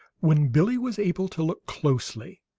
when billie was able to look closely,